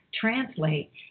translate